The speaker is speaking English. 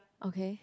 okay